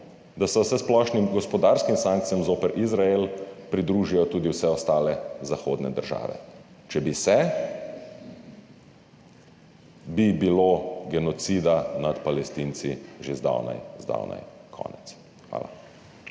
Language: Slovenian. da se vsesplošnim gospodarskim sankcijam zoper Izrael pridružijo tudi vse ostale zahodne države. Če bi se, bi bilo genocida nad Palestinci že zdavnaj, zdavnaj konec. Hvala.